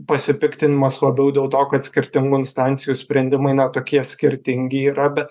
pasipiktinimas labiau dėl to kad skirtingų instancijų sprendimai na tokie skirtingi yra bet